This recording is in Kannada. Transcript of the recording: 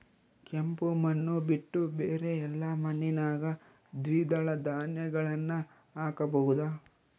ಕೆಂಪು ಮಣ್ಣು ಬಿಟ್ಟು ಬೇರೆ ಎಲ್ಲಾ ಮಣ್ಣಿನಾಗ ದ್ವಿದಳ ಧಾನ್ಯಗಳನ್ನ ಹಾಕಬಹುದಾ?